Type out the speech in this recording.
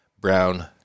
Brown